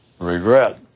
regret